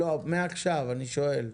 אני שואל מעכשיו.